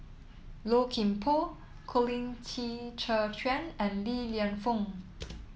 Low Kim Pong Colin Qi Zhe Quan and Li Lienfung